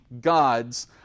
gods